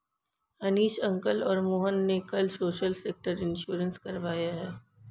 Hanish uncle और मोहन ने कल सोशल सेक्टर इंश्योरेंस करवाया है